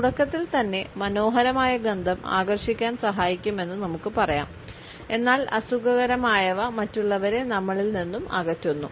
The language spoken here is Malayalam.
തുടക്കത്തിൽ തന്നെ മനോഹരമായ ഗന്ധം ആകർഷിക്കാൻ സഹായിക്കുമെന്ന് നമുക്ക് പറയാം എന്നാൽ അസുഖകരമായവ മറ്റുള്ളവരെ നമ്മളിൽ നിന്നും അകറ്റുന്നു